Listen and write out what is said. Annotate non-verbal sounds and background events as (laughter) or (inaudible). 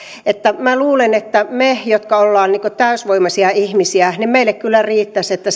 minä luulen että meille jotka olemme täysivoimaisia ihmisiä kyllä riittäisi että (unintelligible)